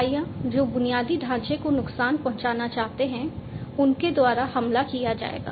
इकाइयाँ जो बुनियादी ढांचे को नुकसान पहुंचाना चाहते हैं उनके द्वारा हमला किया जाएगा